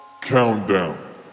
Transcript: Countdown